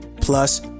plus